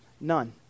None